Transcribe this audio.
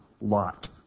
Lot